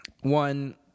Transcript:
One